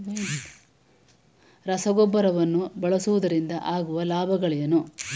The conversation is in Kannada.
ರಸಗೊಬ್ಬರವನ್ನು ಬಳಸುವುದರಿಂದ ಆಗುವ ಲಾಭಗಳೇನು?